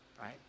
right